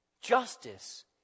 justice